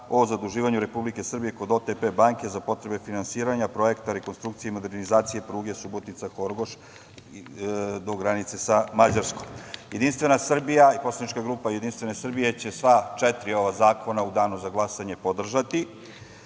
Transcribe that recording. o zaduživanju Republike Srbije kod „OTP“ banke za potrebe finansiranja projekta rekonstrukcije i modernizacije pruge Subotica-Horgoš do granice sa Mađarskom. Jedinstvena Srbija i poslanička grupa JS će sva četiri ova zakona u danu za glasanje podržati,